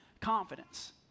confidence